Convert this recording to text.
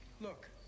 Look